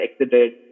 exited